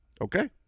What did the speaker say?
Okay